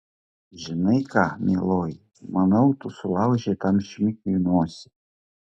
žinai ką mieloji manau tu sulaužei tam šmikiui nosį